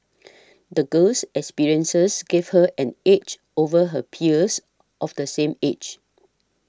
the girl's experiences gave her an edge over her peers of the same age